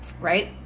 Right